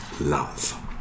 love